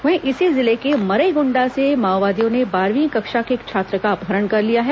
वहीं इसी जिले के मरईगुंडा से माओवादियों ने बारहवीं कक्षा के एक छात्र का अपहरण कर लिया है